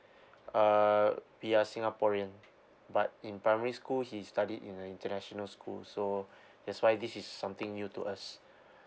uh we are singaporean but in primary school he studied in a international school so that's why this is something new to us